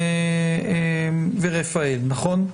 ורפאל, נכון?